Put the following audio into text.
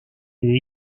est